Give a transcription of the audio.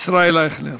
ישראל אייכלר.